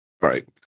Right